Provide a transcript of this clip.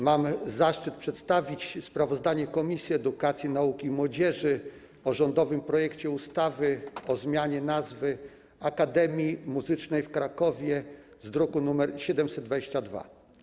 Mam zaszczyt przedstawić sprawozdanie Komisji Edukacji, Nauki i Młodzieży o rządowym projekcie ustawy o zmianie nazwy Akademii Muzycznej w Krakowie z druku nr 722.